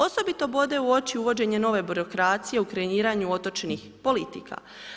Osobito bode u oči uvođenje nove birokracije u kreiranju otočnih politika.